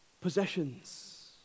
possessions